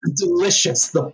Delicious